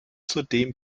zudem